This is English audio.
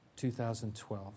2012